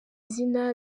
izina